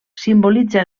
simbolitza